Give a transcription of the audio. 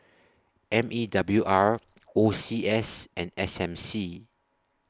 M E W R O C S and S M C